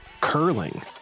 curling